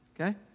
Okay